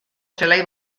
zelai